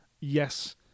Yes